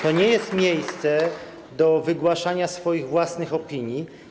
To nie jest miejsce do wygłaszania swoich własnych opinii.